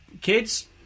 kids